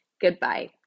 Goodbye